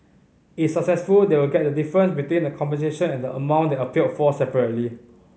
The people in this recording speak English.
if successful they will get the difference between the compensation and the amount they appealed for separately